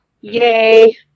Yay